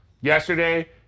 Yesterday